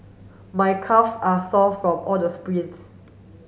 my calve are sore from all the sprints